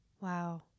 Wow